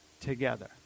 together